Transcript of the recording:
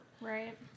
Right